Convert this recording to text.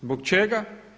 Zbog čega?